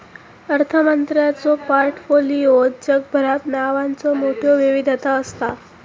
अर्थमंत्र्यांच्यो पोर्टफोलिओत जगभरात नावांचो मोठयो विविधता असता